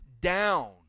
down